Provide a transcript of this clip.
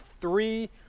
three